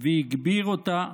והגביר אותה,